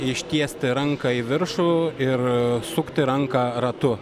ištiesti ranką į viršų ir sukti ranką ratu